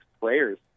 players